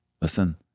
listen